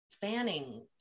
fanning